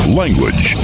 language